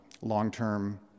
long-term